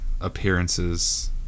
appearances